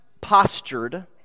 postured